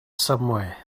somewhere